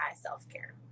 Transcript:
self-care